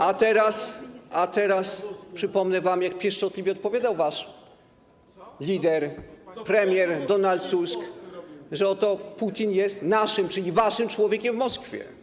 A teraz przypomnę wam, jak pieszczotliwie odpowiadał wasz lider, premier Donald Tusk, że oto Putin jest naszym, czyli waszym człowiekiem w Moskwie.